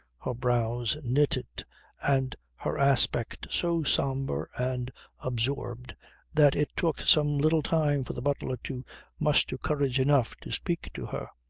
her brows knitted and her aspect so sombre and absorbed that it took some little time for the butler to muster courage enough to speak to her.